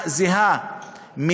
היא הצעה זהה בדיוק,